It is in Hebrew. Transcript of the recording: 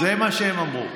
זה מה שהם אמרו.